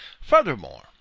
Furthermore